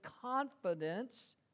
confidence